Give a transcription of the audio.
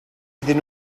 iddyn